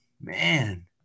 man